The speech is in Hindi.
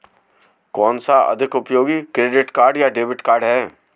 कौनसा अधिक उपयोगी क्रेडिट कार्ड या डेबिट कार्ड है?